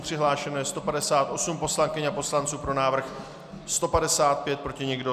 Přihlášeno je 158 poslankyň a poslanců, pro návrh 155, proti nikdo.